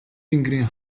тэнгэрийн